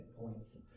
points